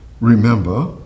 remember